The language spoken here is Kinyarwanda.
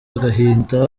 agahinda